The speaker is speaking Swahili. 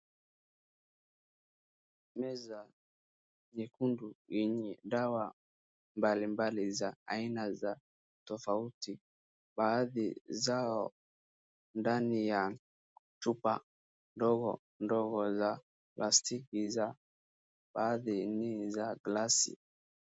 Meza nyekundu yenye dawa mbalimbali za aina za tofauti. Baadhi zao ndani ya chupa ndogo ndogo za plastiki za baadhi ni za glasi.